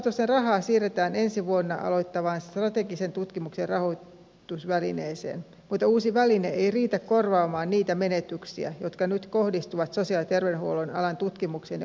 tutkimuslaitosten rahaa siirretään ensi vuonna aloittavaan strategisen tutkimuksen rahoitusvälineeseen mutta uusi väline ei riitä korvaamaan niitä menetyksiä jotka nyt kohdistuvat sosiaali ja terveydenhuollon alan tutkimukseen ja osaamiseen